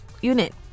unit